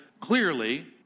clearly